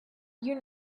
you